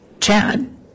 Chad